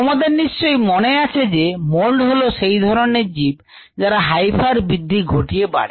তোমাদের নিশ্চয়ই মনে আছে যে মল্ড হলো সেই ধরনের জীব যারা হাইফার বৃদ্ধি ঘটিয়ে বাড়ে